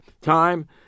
Time